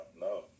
no